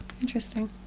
Interesting